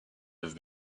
have